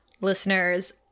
listeners